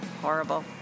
horrible